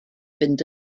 fynd